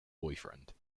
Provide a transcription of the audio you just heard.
boyfriend